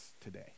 today